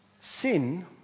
Sin